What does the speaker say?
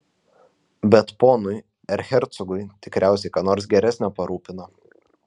bet ponui erchercogui tikriausiai ką nors geresnio parūpino